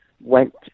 went